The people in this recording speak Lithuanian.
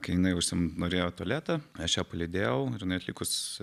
kai jinai užsinorėjo į tualetą aš ją palydėjau ir jinai atlikus